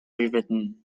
rewritten